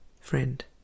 Friend